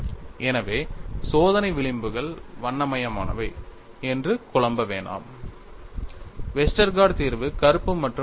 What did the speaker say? எனவே சோதனை விளிம்புகள் வண்ணமயமானவை என்று குழப்ப வேண்டாம் வெஸ்டர்கார்ட் தீர்வு கருப்பு மற்றும் வெள்ளை